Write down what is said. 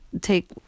take